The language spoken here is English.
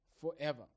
forever